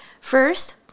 First